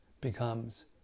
becomes